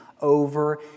over